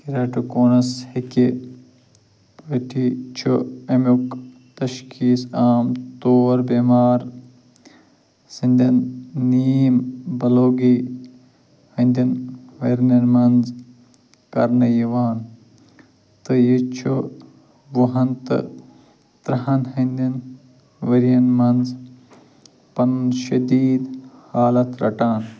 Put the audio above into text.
keratoconus ہیٚکہِ پتی چھُ امیُک تشخیٖص عام طور بیمار سٕنٛدٮ۪ن نیٖم بلوغی ہٕنٛدٮ۪ن ؤرنن منٛز کَرنہٕ یِوان تہٕ یہِ چھُ وُہن تہٕ ترٕٛہن ہٕنٛدٮ۪ن ؤرین منٛز پنُن شدیٖد حالت رٹان